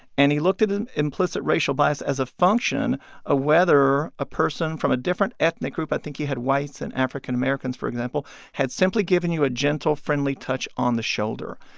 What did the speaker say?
and he looked at and implicit racial bias as a function of whether a person from a different ethnic group i think he had whites and african-americans, for example had simply given you a gentle friendly touch on the shoulder.